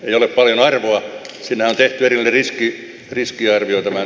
ei ole paljon arvoa siinä on tietty riski riskiarvio tämän